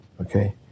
okay